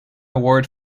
award